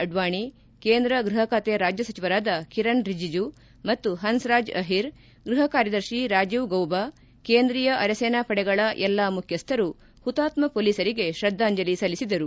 ಅಡ್ವಾಣಿ ಕೇಂದ್ರ ಗೃಹ ಖಾತೆ ರಾಜ್ಣ ಸಚಿವರಾದ ಕಿರಣ್ ರಿಜಿಜು ಮತ್ತು ಹನ್ಸ್ರಾಜ್ ಅಹಿರ್ ಗೃಹ ಕಾರ್ಯದರ್ಶಿ ರಾಜೀವ್ ಗೌಬಾ ಕೇಂದ್ರೀಯ ಅರೆಸೇನಾ ಪಡೆಗಳ ಎಲ್ಲ ಮುಖ್ಯಸ್ಥರು ಹುತಾತ್ನ ಮೊಲೀಸರಿಗೆ ಶ್ರದ್ದಾಂಜಲಿ ಸಲ್ಲಿಸಿದರು